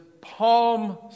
Palm